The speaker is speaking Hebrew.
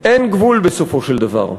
אין גבול בסופו של דבר.